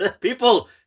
people